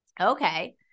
Okay